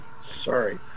Sorry